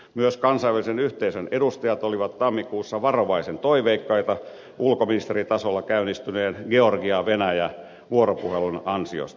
myös kansainvälisen yhteisön edustajat olivat tammikuussa varovaisen toiveikkaita ulkoministeritasolla käynnistyneen georgiavenäjä vuoropuhelun ansiosta